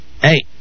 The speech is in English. hey